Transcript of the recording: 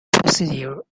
procedure